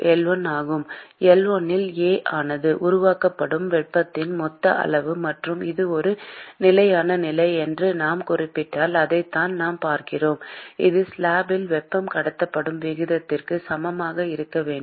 L1 இல் A ஆனது உருவாக்கப்படும் வெப்பத்தின் மொத்த அளவு மற்றும் இது ஒரு நிலையான நிலை என்று நாம் குறிப்பிட்டால் அதைத்தான் நாம் பார்க்கிறோம் அது ஸ்லாப்பில் வெப்பம் கடத்தப்படும் விகிதத்திற்கு சமமாக இருக்க வேண்டும்